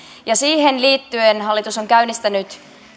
siihen liittyen hallitus on käynnistänyt